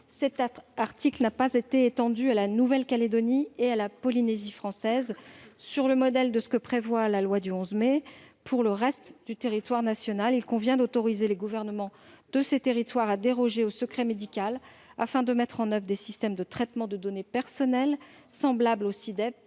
cet article n'a pas étendu à la Nouvelle-Calédonie et à la Polynésie française les dispositions applicables au reste du territoire national. Il convient donc d'autoriser les gouvernements de ces territoires à déroger au secret médical afin de mettre en oeuvre des systèmes de traitement de données personnelles, semblables au SI-DEP